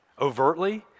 overtly